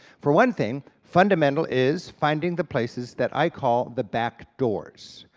for one thing, fundamental is finding the places that i call the back doors.